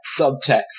subtext